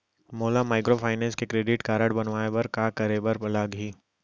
मोला माइक्रोफाइनेंस के credit card बनवाए बर का करे बर लागही?